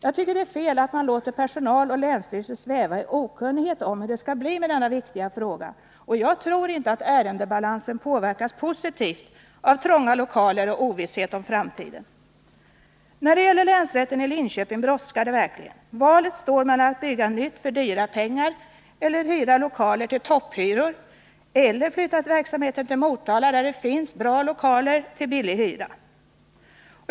Jag tycker att det är fel att man låter personal och länsstyrelser sväva i okunnighet om hur det skall bli med denna viktiga fråga, och jag tror inte att ärendebalansen påverkas positivt av trånga lokaler och ovisshet om framtiden. När det gäller länsrätten i Linköping brådskar det verkligen. Valet står mellan att bygga nytt för stora pengar eller hyra lokaler till topphyror eller att flytta verksamheten till Motala, där det finns bra lokaler till låg hyra.